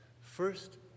First